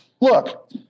Look